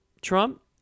Trump